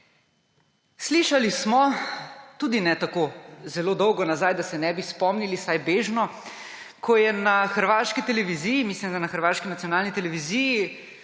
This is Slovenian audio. Slišali smo, tudi ne tako zelo dolgo nazaj, da se ne bi spomnili vsaj bežno, ko je na hrvaški televiziji, mislim, da na hrvaški nacionalni televiziji